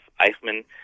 Eichmann